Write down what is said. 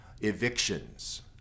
evictions